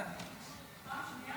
שנייה?